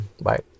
Bye